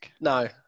No